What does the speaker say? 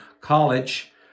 college